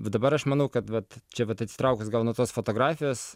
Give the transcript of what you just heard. dabar aš manau kad vat čia vat atsitraukus gal nuo tos fotografijos